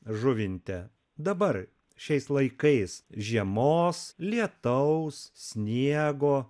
žuvinte dabar šiais laikais žiemos lietaus sniego